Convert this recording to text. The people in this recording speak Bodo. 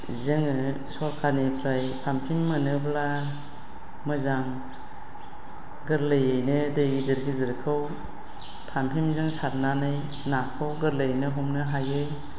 जोङो सरखारनिफ्राय पाम्पिं मोनोब्ला मोजां गोरलैयैनो दै गिदिर गिदिरखौ पाम्पिंजों सारनानै नाखौ गोरलैयैनो हमनो हायो